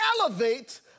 elevate